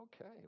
okay